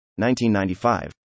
1995